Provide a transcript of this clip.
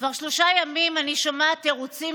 כבר שלושה ימים אני שומעת תירוצים